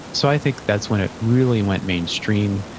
so i think that's when it really went mainstream.